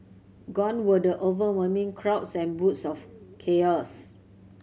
gone were the overwhelming crowds and bouts of chaos